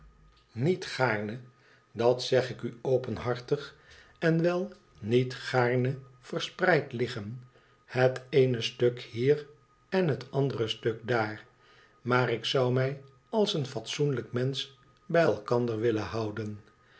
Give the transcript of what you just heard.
niet gaarne dat zeg ik u openhartig en wel niet gaarne verspreid liggen het eene stuk hier en het andere stuk ddr maar ik zou mij als een fatsoenlijk mensch bij elkander willen houden